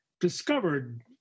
discovered